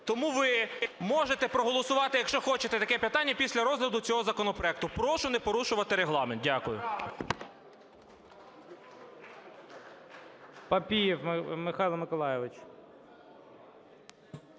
Тому ви можете проголосувати, якщо хочете, таке питання після розгляду цього законопроекту. Прошу не порушувати Регламент. Дякую.